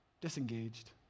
disengaged